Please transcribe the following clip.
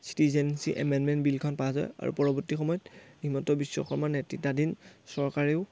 citizenship amendment বিলখন pass হয় আৰু পৰৱৰ্তী সময়ত হিমন্ত বিশ্বশৰ্মা নেতৃত্বাধীন চৰকাৰেও